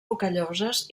rocalloses